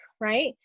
right